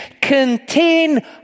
contain